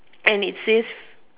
and it says